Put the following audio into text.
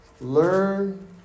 Learn